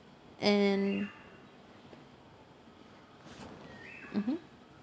and mmhmm